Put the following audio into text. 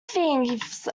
thieves